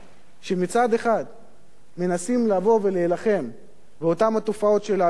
שמצד אחד מנסים לבוא ולהילחם באותן התופעות של ההסתה,